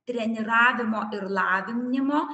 treniravimo ir lavinimo